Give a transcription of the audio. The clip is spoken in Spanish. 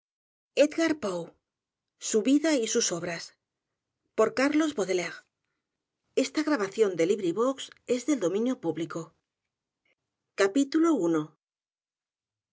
su vida poe obras y sus por carlos baudelaire